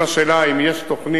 אם השאלה היא אם יש תוכנית,